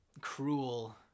cruel